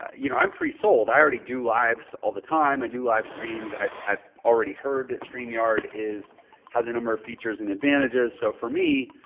you know, i'm pre-sold. i already do lives all the time. i do live streams. i've i've already heard that streamyard has a number of features and advantages. so for me,